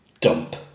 dump